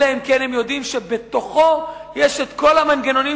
אלא אם כן הם יודעים שיש בתוכו את כל המנגנונים